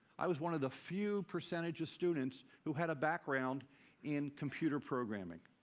i was one of the few percentage of students who had a background in computer programming.